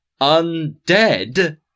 undead